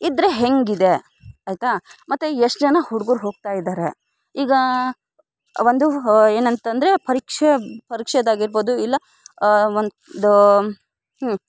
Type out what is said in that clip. ಇದ್ದರೆ ಹೆಂಗೆ ಇದೆ ಆಯಿತಾ ಮತ್ತೆ ಎಷ್ಟು ಜನ ಹುಡ್ಗುರು ಹೋಗ್ತಾ ಇದ್ದಾರೆ ಈಗ ಒಂದು ಏನಂತ ಅಂದ್ರೆ ಪರೀಕ್ಷೆ ಪರೀಕ್ಷೆದಾಗ ಇರ್ಬೋದು ಇಲ್ಲ ಒಂದು ಹ್ಞೂ